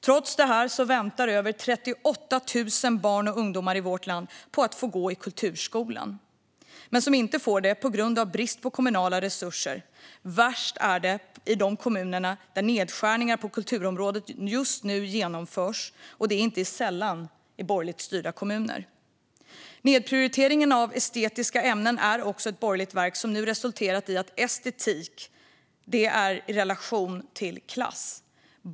Trots detta väntar över 38 000 barn och ungdomar i vårt land på att få gå i kulturskolan, men det får de inte på grund av brist på kommunala resurser. Värst är det i de kommuner där nedskärningar på kulturområdet just nu genomförs, inte sällan i borgerligt styrda kommuner. Nedprioriteringen av estetiska ämnen är också ett borgerligt verk som nu resulterat i att estetik står i relation till klass.